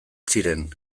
ziren